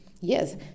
yes